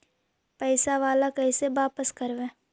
पैसा बाला कैसे बापस करबय?